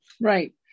Right